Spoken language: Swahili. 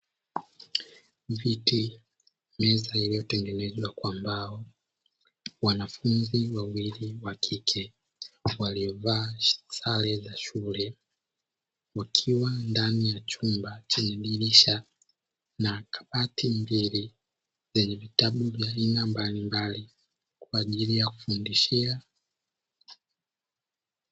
Meza iliyotengenezwa kwa mbao, wanafunzi wawili wa kike waliovaa sare za shule wakiwa ndani ya chumba chenye dirisha na kabati mbili zenye vitabu vya aina mbalimbali kwa ajili ya kujisomea.